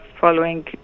following